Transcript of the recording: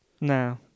No